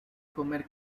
comer